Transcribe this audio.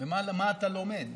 ומה אתה לומד,